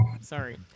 sorry